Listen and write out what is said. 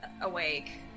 awake